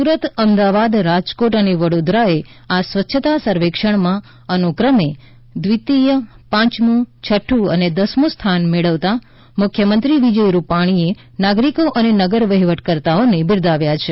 સુરત અમદાવાદ રાજકોટ અને વડોદરાએ આ સ્વચ્છતા સર્વેક્ષણમાં અનુક્રમે દ્વિતીય પાંચમું છઠું અને દસમું સ્થાન મેળવતા મુખ્યમંત્રી વિજય રૂપાણીએ નાગરિકો અને નગર વહીવટકર્તા ઓને બિરદાવ્યા છે